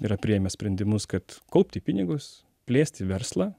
yra priėmęs sprendimus kad kaupti pinigus plėsti verslą